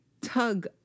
tug